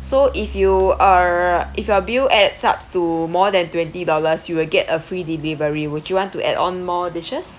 so if you are if your bill adds up to more than twenty dollars you will get a free delivery would you want to add on more dishes